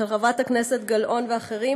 של חברת הכנסת גלאון ואחרים,